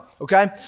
okay